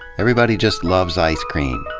everybody just loves ice cream,